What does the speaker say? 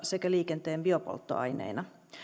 sekä liikenteen biopolttoaineina